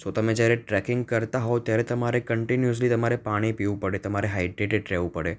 સો તમે જ્યારે ટ્રેકિંગ કરતાં હો ત્યારે તમારે કન્ટીન્યુસલી તમારે પાણી પીવું પડે તમારે હાઇડ્રેટેડ રહેવું પડે